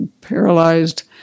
paralyzed